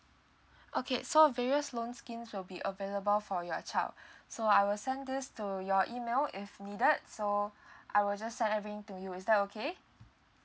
okay so various loan schemes will be available for your child so I will send this to your email if needed so I will just send everything to you is that okay